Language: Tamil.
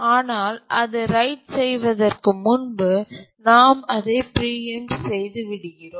ஆனால் அது ரைட் செய்வதற்கு முன்பு நாம் அதை பிரீஎம்ட் செய்துவிடுகிறோம்